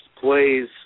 plays